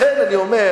לכן אני אומר,